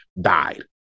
died